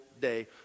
day